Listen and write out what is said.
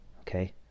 okay